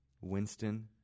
Winston